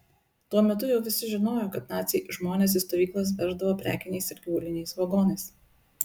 tuo metu jau visi žinojo kad naciai žmones į stovyklas veždavo prekiniais ir gyvuliniais vagonais